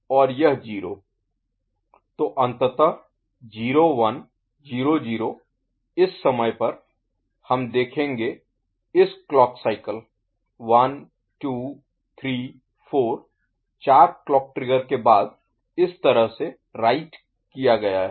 तो अंततः 0 1 0 0 इस समय पर हम देखेंगे इस क्लॉक साइकिल 1 2 3 4 चार क्लॉक ट्रिगर के बाद इस तरह से राइट किया है